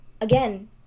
again